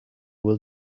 will